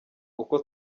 uko